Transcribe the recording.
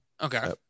Okay